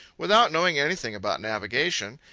without knowing anything about navigation,